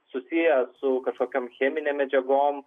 susiję su kažkokiom cheminėm medžiagom